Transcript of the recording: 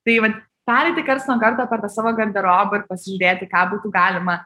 tai vat pereiti karts nuo karto per tą savo garderobą ir pasižiūrėti ką būtų galima